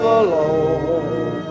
alone